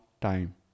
time